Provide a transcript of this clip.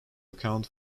account